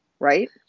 Right